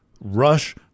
rush